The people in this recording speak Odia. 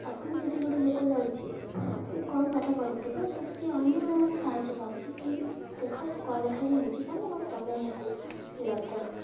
ତାକୁ ବି ଯଦି ଗୋଟେ ଲୋକ ଯାଉଛି କି କମ୍ ପାଠ ପଢ଼ିଥିବ ତ ସିଏ ଅନ୍ୟ ଜଣଙ୍କର ସାହାଯ୍ୟ ମାଗୁଛି କି ଦେଖ ଇଏ କ'ଣ ଲେଖା ହେଇଛି ମୁଁ ବୁଝିପାରୁନି ହଉ ତୁମେ ଏହାକୁ ଫିଲଅପ୍ କର